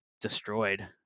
destroyed